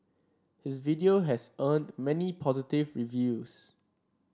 his video has earned many positive reviews